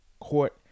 court